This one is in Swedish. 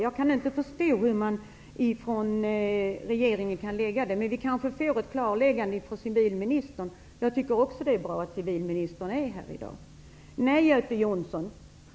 Jag kan inte förstå hur regeringen kan lägga fram det förslaget, men vi kanske får ett klarläggande från civilministern. Jag tycker också att det är bra att hon är här i dag.